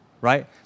right